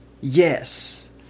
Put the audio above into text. Yes